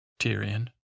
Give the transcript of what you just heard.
Tyrion